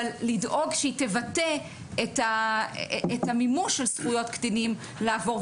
אבל לדאוג שהיא תבטא את המימוש של זכויות קטינים לעבור.